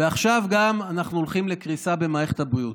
ועכשיו אנחנו גם הולכים לקריסה במערכת הבריאות.